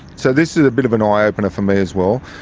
so this is a bit of an eye-opener for me as well,